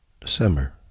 December